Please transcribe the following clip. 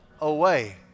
away